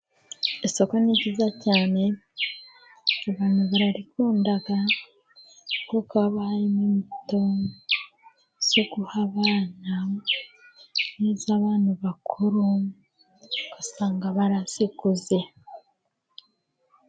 Isoko ni ryiza cyane abantu bararikunda, kuko haba harimo imbuto zo guha abana n'iz'abantu bakuru, ugasanga baraziguze.